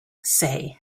say